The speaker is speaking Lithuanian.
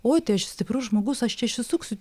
oj tai aš stiprus žmogus aš čia išsisuksiu